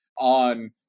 on